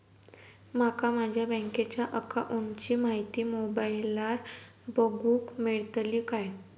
माका माझ्या बँकेच्या अकाऊंटची माहिती मोबाईलार बगुक मेळतली काय?